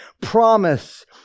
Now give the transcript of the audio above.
promise